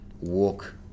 walk